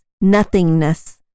nothingness